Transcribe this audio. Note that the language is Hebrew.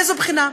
מאיזו בחינה?